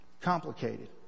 complicated